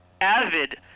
avid